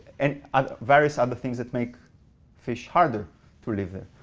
and ah various other things that make fish harder to live there.